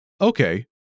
Okay